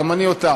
גם אני אותך.